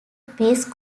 pace